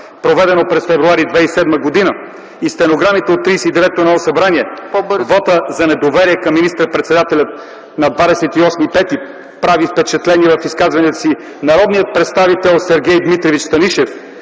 проведен през м. февруари 2007 г. и стенограмите от 39-то Народно събрание, вотът на недоверие към министър-председателя на 28 май прави впечатление в изказванията си – народният представител Сергей Дмитриевич Станишев,